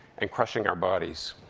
and crushing our bodies.